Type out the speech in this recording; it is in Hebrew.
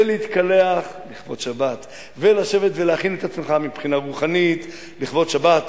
ולהתקלח לכבוד שבת ולשבת ולהכין את עצמך מבחינה רוחנית לכבוד שבת,